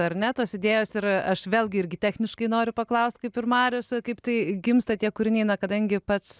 ar ne tos idėjos ir aš vėlgi irgi techniškai noriu paklaust kaip ir marius kaip tai gimsta tie kūriniai na kadangi pats